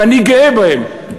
ואני גאה בהם.